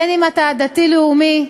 בין שאתה דתי-לאומי,